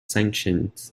sanctions